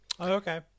Okay